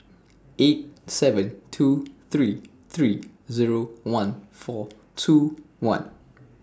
eight seven two three three Zero one four two one